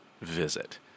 visit